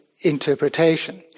Interpretation